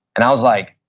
and i was like,